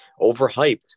overhyped